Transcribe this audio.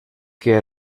que